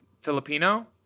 Filipino